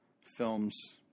films